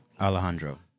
Alejandro